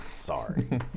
sorry